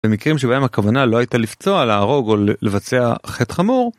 במקרים שבהם הכוונה לא הייתה לפצוע להרוג או לבצע חטא חמור.